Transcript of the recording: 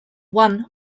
won